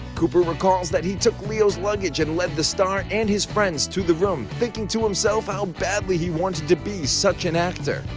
cooper recalls that he took leos luggage and led the star and his friends to the room, thinking to himself about how badly he wanted to be such an actor.